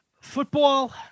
Football